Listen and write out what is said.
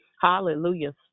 Hallelujah